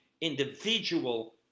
individual